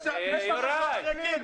------ יוראי.